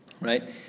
Right